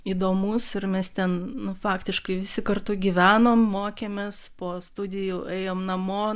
įdomus ir mes ten faktiškai visi kartu gyvenom mokėmės po studijų ėjom namo